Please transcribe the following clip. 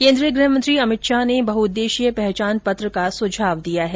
केन्द्रीय गृहमंत्री अमित शाह ने बहुउद्देश्यीय पहचान पत्र का सुझाव दिया है